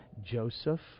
Joseph